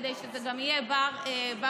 כדי שזה יהיה גם בר-ביצוע.